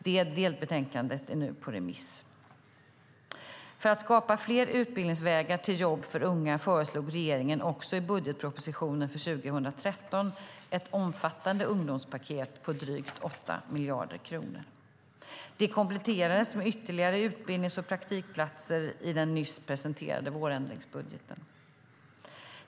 Det delbetänkandet är nu på remiss. För att skapa fler utbildningsvägar till jobb för unga föreslog regeringen också i budgetpropositionen för 2013 ett omfattande ungdomspaket på drygt 8 miljarder kronor. Det kompletterades med ytterligare utbildnings och praktikplatser i den nyss presenterade vårändringsbudgeten.